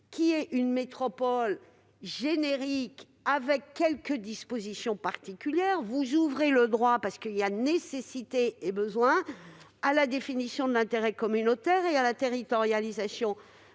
qui est une métropole générique, à laquelle s'appliquent quelques dispositions particulières, vous ouvrez le droit, car il y a nécessité et besoin, à la définition de l'intérêt communautaire et à la territorialisation.